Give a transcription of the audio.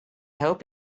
hope